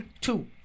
two